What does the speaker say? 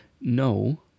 No